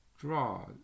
Draw